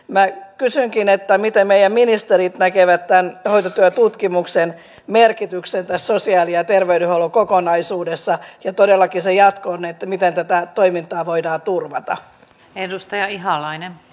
mä kysynkin että miten ne ministerit näkevät tämän hoitotyötutkimuksen merkityksentasoisia ja terveydenhuollon kokonaisuudessaan todella kyse jatko näytti miten tätä toimintaa keksitä tai ainakaan ei halua enää